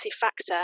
factor